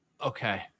Okay